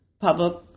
public